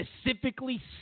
specifically